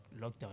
lockdown